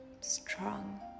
strong